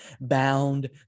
bound